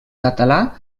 català